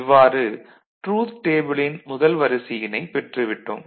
இவ்வாறு ட்ரூத் டேபிளின் முதல் வரிசையினை பெற்றுவிட்டோம்